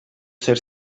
zer